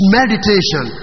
meditation